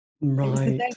right